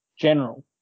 general